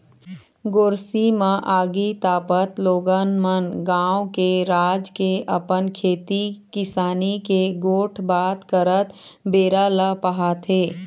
गोरसी म आगी तापत लोगन मन गाँव के, राज के, अपन खेती किसानी के गोठ बात करत बेरा ल पहाथे